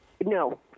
No